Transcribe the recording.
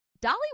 Dolly